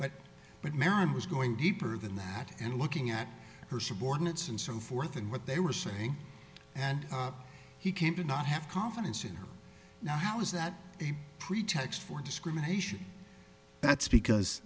was going deeper than that and looking at her subordinates and so forth and what they were saying and he came to not have confidence in her now how is that a pretext for discrimination that's because